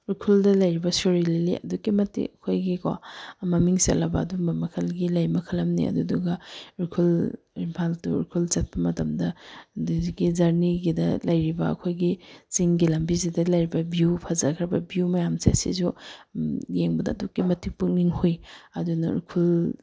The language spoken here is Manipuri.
ꯎꯔꯈꯨꯜꯗ ꯂꯩꯔꯤꯕ ꯁꯤꯔꯣꯏ ꯂꯤꯂꯤ ꯑꯗꯨꯛꯀꯤ ꯃꯇꯤꯛ ꯑꯩꯈꯣꯏꯒꯤꯀꯣ ꯃꯃꯤꯡ ꯆꯠꯂꯕ ꯑꯗꯨꯝꯕ ꯃꯈꯜꯒꯤ ꯂꯩ ꯃꯈꯜ ꯑꯃꯅꯤ ꯑꯗꯨꯗꯨꯒ ꯎꯔꯈꯨꯜ ꯏꯝꯐꯥꯜ ꯇꯨ ꯎꯔꯈꯨꯜ ꯆꯠꯄ ꯃꯇꯝꯗ ꯑꯗꯨ ꯍꯧꯖꯤꯛꯀꯤ ꯖꯔꯅꯤꯒꯤꯗ ꯂꯩꯔꯤꯕ ꯑꯩꯈꯣꯏꯒꯤ ꯆꯤꯡꯒꯤ ꯂꯝꯕꯤꯁꯤꯗ ꯂꯩꯔꯤꯕ ꯕ꯭ꯌꯨ ꯐꯖꯈ꯭ꯔꯕ ꯕ꯭ꯌꯨ ꯃꯌꯥꯝꯁꯦ ꯁꯤꯁꯨ ꯌꯦꯡꯕꯗ ꯑꯗꯨꯛꯀꯤ ꯃꯇꯤꯛ ꯄꯨꯛꯅꯤꯡ ꯍꯨꯏ ꯑꯗꯨꯅ ꯎꯔꯈꯨꯜ